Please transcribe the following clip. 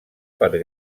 per